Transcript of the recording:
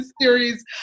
series